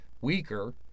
weaker